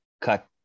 cut